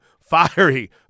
fiery